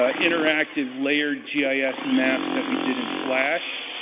ah interactive layered gis maps that we did in flash,